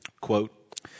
quote